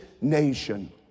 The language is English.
nation